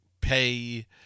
pay